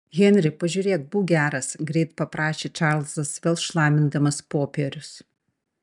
henri pažiūrėk būk geras greit paprašė čarlzas vėl šlamindamas popierius